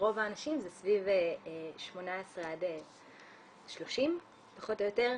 האנשים הם סביב ה-30-18 פחות או יותר.